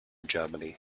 germany